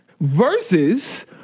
Versus